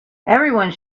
everyone